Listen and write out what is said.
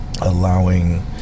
allowing